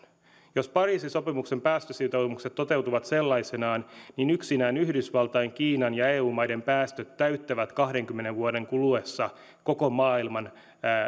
jos pariisin sopimuksen päästösitoumukset toteutuvat sellaisinaan niin yksinään yhdysvaltain kiinan ja eu maiden päästöt täyttävät kahdenkymmenen vuoden kuluessa koko maailman